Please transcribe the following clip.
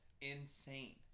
insane